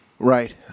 right